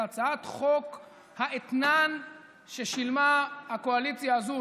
אלא הצעת חוק האתנן ששילמה הקואליציה הזו,